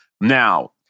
Now